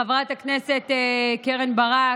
חברת הכנסת קרן ברק,